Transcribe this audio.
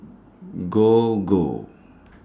Gogo